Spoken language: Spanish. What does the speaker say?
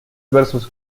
versos